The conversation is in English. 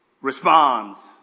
responds